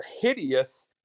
hideous